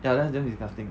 ya that's damn disgusting